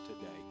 today